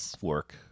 work